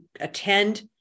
attend